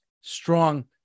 strong